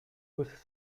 was